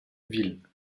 ville